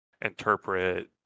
interpret